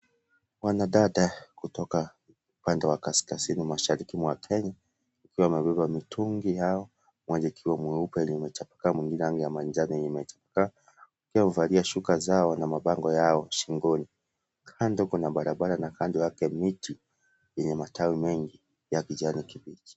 Wanadada kutoka upande wa kaskazini mashariki mwa Kenya wakiwa wamebeba mitungi yao moja ikiwa mweupe yenye imechapakaa mwingine rangi ya manjano yenye imechapakaa, pia huvalia shuka zao na mabango yao shingoni, kando kuna barabara na kando yake miti yenye matawi mengi ya kijanikibichi.